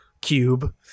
cube